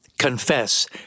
confess